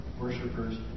worshippers